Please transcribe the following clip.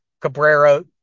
Cabrera